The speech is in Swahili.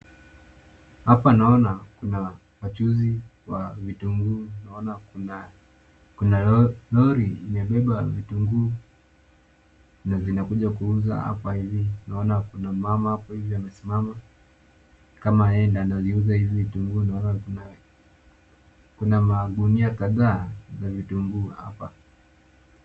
Hapa naona kuna wachuuzi wa kitunguu, naona kuna lori imebeba vitunguu na zina kuja kuuza hapa hivi. Naona kuna mama hapo hivi amesimama kama ni yeye anauza hizi vitunguu, naona kuna magunia kadhaa na vitunguu hapa.